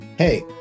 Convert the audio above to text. Hey